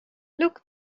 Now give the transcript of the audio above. look